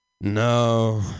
No